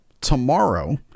tomorrow